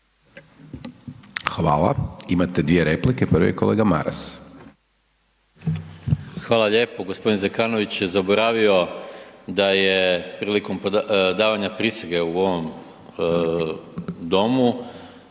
Hvala. Imate dvije replike. Prvi je kolega Maras. **Maras, Gordan (SDP)** Hvala lijepo. Gospodin Zekanović je zaboravio da je prilikom davanja prisege u ovom domu